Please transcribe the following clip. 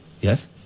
Yes